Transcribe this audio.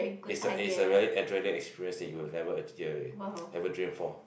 it's a it's a very adrenaline experience that you will never ever dream for